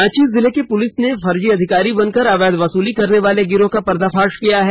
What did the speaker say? रांची जिले की पुलिस ने फर्जी अधिकारी बनकर अवैध वसूली करने वाले गिरोह का पर्दाफाश किया है